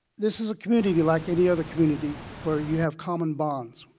this is a community like any other community where you have common bonds.